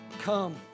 come